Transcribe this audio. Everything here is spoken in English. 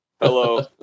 Hello